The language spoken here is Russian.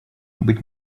быть